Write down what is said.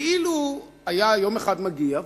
כאילו היה יום אחד מגיע,